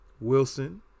Wilson